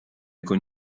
con